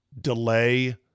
delay